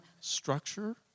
structure